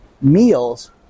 meals